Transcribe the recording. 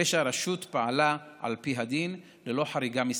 הרי שהרשות פעלה על פי הדין ללא חריגה מסמכותה.